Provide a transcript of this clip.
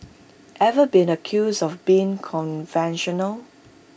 ever been accused of being conventional